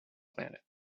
planet